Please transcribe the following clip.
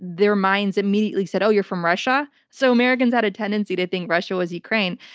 their minds immediately said, oh, you're from russia? so americans had a tendency to think russia was ukraine.